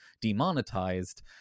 demonetized